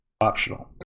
optional